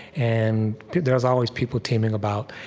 and there's always people teeming about.